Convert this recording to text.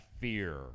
fear